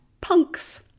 punks